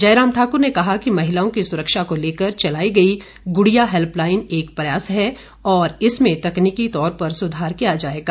जय राम ठाकर ने कहा कि महिलाओं की सुरक्षा को लेकर चलाई गई ग्रुड़िया हैल्पलाईन एक प्रयास है और इसमें तकनीकी तौर पर सुधार किया जाएगा